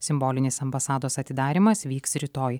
simbolinis ambasados atidarymas vyks rytoj